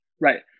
Right